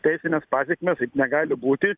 teisines pasekmes taip negali būti